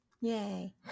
Yay